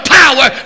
power